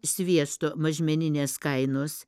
sviesto mažmeninės kainos